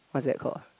what's that call